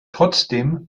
trotzdem